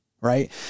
Right